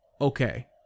Okay